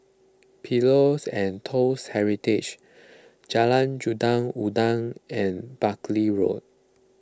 Pillows and Toast Heritage Jalan Raja Udang and Buckley Road